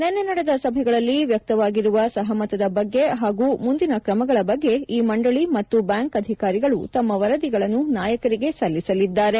ನಿನ್ನೆ ನಡೆದ ಸಭೆಗಳಲ್ಲಿ ವ್ಯಕ್ತವಾಗಿರುವ ಸಹಮತದ ಬಗ್ಗೆ ಹಾಗೂ ಮುಂದಿನ ಕ್ರಮಗಳ ಬಗ್ಗೆ ಈ ಮಂದಳಿ ಮತ್ತು ಬ್ಯಾಂಕ್ ಅಧಿಕಾರಿಗಳು ತಮ್ಮ ವರದಿಗಳನ್ನು ನಾಯಕರಿಗೆ ಸಲ್ಲಿಸಲಿದ್ದಾರೆ